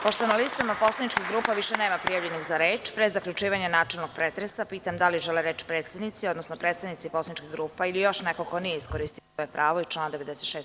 Pošto na listama poslaničkih grupa više nema prijavljenih za reč, pre zaključivanja načelnog pretresa, pitam da li žele reč predsednici, odnosno predstavnici poslaničkih grupa ili još neko ko nije iskoristio svoje pravo iz člana 96.